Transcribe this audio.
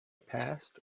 past